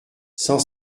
cent